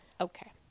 Okay